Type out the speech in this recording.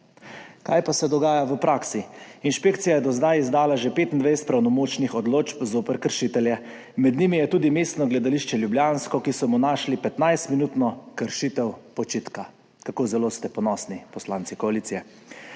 Kaj pa se dogaja v praksi? Inšpekcija je do zdaj izdala že 25 pravnomočnih odločb zoper kršitelje. Med njimi je tudi Mestno gledališče ljubljansko, ki so mu našli 15 minutno kršitev počitka. Kako zelo ste ponosni poslanci koalicije.